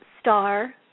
star